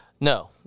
No